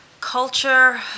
culture